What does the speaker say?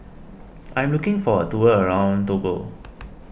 I am looking for a tour around Togo